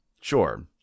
Sure